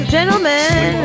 Gentlemen